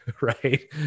Right